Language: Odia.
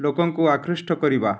ଲୋକଙ୍କୁ ଆକୃଷ୍ଟ କରିବା